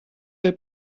der